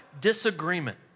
disagreement